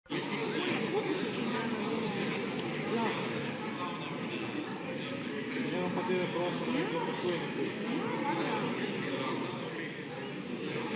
Hvala